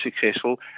successful